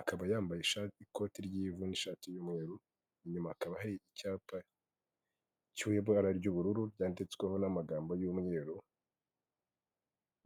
akaba yambaye ishati, ikoti ry'ivu, n'ishati y'umweru, inyuma hakaba hari icyapa cy'ibara ry'ubururu cyanditseho n'amagambo y'umweru